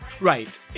Right